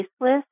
list